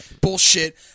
bullshit